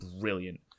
brilliant